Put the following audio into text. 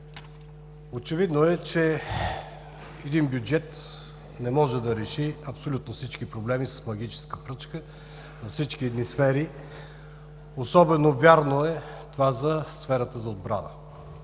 Очевидно е, че един бюджет не може да реши абсолютно всички проблеми с магическа пръчка във всички сфери. Особено вярно е това за сферата на отбраната.